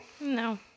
No